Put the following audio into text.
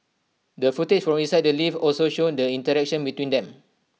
the footage from inside the lift also showed the interaction between them